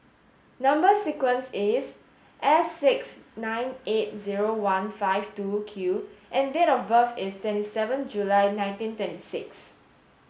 number sequence is S six nine eight zero one five two Q and date of birth is twenty seven July nineteen twenty six